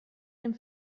dem